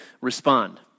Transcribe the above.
respond